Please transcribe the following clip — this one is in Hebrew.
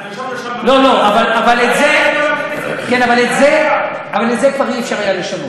אבל את זה כבר אי-אפשר היה לשנות,